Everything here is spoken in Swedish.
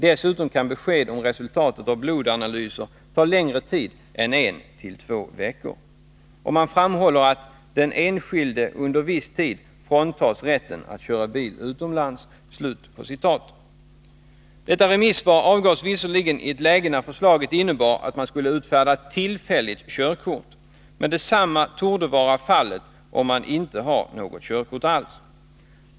Dessutom kan besked om resultatet av blodanalyser ta längre tid än en till två veckor.” Och man framhåller att ”den enskilde under viss tid fråntas rätten att köra bil utomlands”. Detta remissvar avgavs visserligen i ett läge när förslaget innebar att man skulle utfärda ett tillfälligt körkort. Men detsamma torde vara fallet, om man inte har något körkort alls.